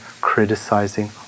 criticizing